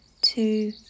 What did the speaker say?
Two